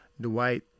Dwight